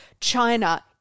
China